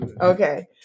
okay